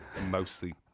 mostly